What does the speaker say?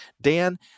Dan